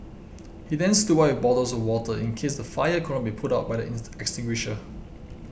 he then stood by with bottles of water in case the fire could not be put out by the extinguisher